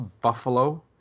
Buffalo